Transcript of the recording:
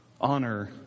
Honor